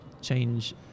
change